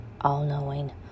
all-knowing